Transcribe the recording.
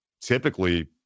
typically